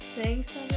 thanks